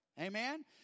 Amen